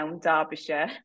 derbyshire